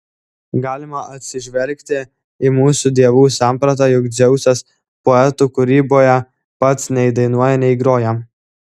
galima atsižvelgti į mūsų dievų sampratą juk dzeusas poetų kūryboje pats nei dainuoja nei groja